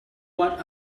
what